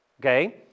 okay